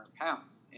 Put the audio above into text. pounds